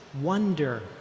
wonder